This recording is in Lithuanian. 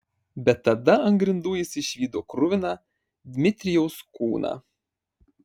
bet tada ant grindų jis išvydo kruviną dmitrijaus kūną